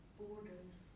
borders